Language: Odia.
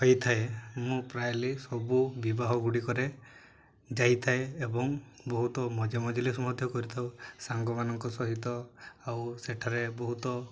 ହେଇଥାଏ ମୁଁ ପ୍ରାୟଲି ସବୁ ବିବାହ ଗୁଡ଼ିକରେ ଯାଇଥାଏ ଏବଂ ବହୁତ ମଜା ମଜଲିସ୍ ମଧ୍ୟ କରିଥାଉ ସାଙ୍ଗମାନଙ୍କ ସହିତ ଆଉ ସେଠାରେ ବହୁତ